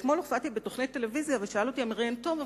אתמול הופעתי בתוכנית טלוויזיה ושאל אותי המראיין: טוב,